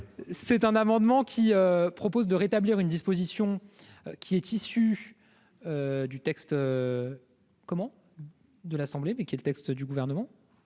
c'est un amendement qui propose de rétablir une disposition qui est issu. Du texte. Comment de l'Assemblée, mais qui est le texte du gouvernement :